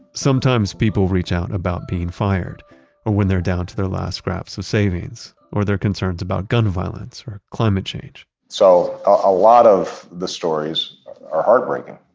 sometimes people reach out about being fired or when they're down to their last grasp of so savings or their concerns about gun violence or climate change so, a lot of the stories are heartbreaking.